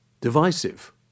divisive